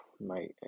mate